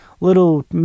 little